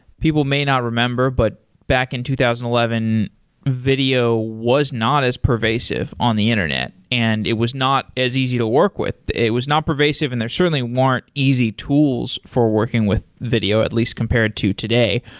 people may not remember, but back in two thousand and eleven video was not as pervasive on the internet and it was not as easy to work with. it was not pervasive and there certainly weren't easy tools for working with video, at least compared to today.